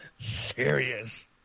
Serious